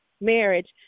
marriage